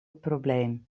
probleem